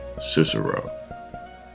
Cicero